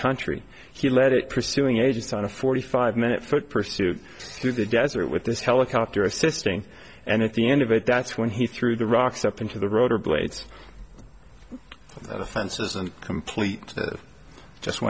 country he led it pursuing a just on a forty five minute foot pursuit through the desert with this helicopter assisting and at the end of it that's when he threw the rocks up into the rotor blades of the fences and completely just